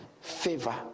Favor